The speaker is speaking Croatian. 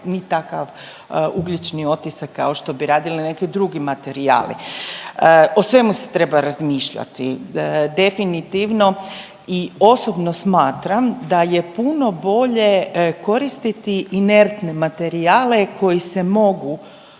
ni takav ugljični otisak kao što bi radili neki drugi materijali. O svemu se treba razmišljati definitivno i osobno smatram da je puno bolje koristiti inertne materijale koji se mogu